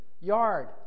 yard